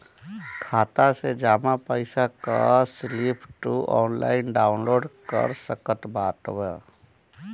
खाता से जमा पईसा कअ स्लिप तू ऑनलाइन डाउन लोड कर सकत बाटअ